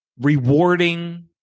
rewarding